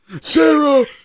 Sarah